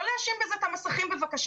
לא להאשים את המסכים בבקשה.